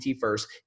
first